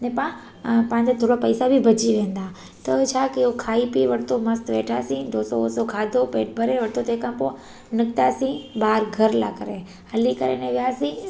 ने पाणि पंहिंजे थोरा पैसा बि बची वेंदा त छा कयो खाई पीतो वरितो मस्तु वेठासीं डोसो वोसो खाधो पेटु भरे वरितो तंहिं खां पोइ निकितासीं बाहिरि घर लाइ करे